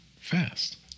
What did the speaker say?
Fast